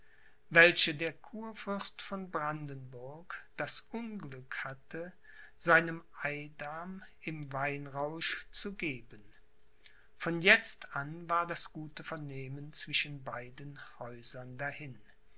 welche der kurfürst von brandenburg das unglück hatte seinem eidam im weinrausch zu geben von jetzt an war das gute vernehmen zwischen beiden häusern dahin